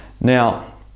Now